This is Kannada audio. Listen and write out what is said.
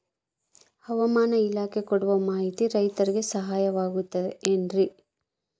ಹವಮಾನ ಇಲಾಖೆ ಕೊಡುವ ಮಾಹಿತಿ ರೈತರಿಗೆ ಸಹಾಯವಾಗುತ್ತದೆ ಏನ್ರಿ?